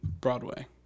Broadway